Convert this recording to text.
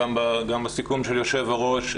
גם בסיכום היושב ראש,